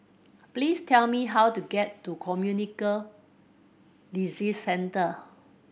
please tell me how to get to Communicable Disease Centre